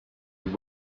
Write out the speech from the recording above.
wide